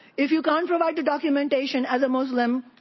if you can't provide the documentation as a muslim,